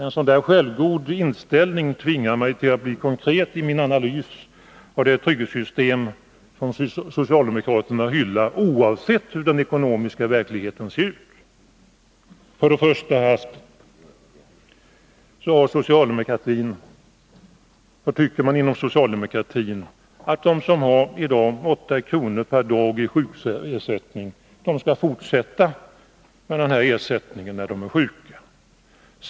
En sådan självgod inställning tvingar mig att bli konkret i min analys av det trygghetssystem som socialdemokraterna hyllar, oavsett hur den ekonomiska verkligheten ser ut. För det första tycker man inom socialdemokratin att de som i dag har 8 kr. per dag i sjukersättning skall fortsätta med den ersättningen när de är sjuka.